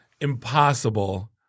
impossible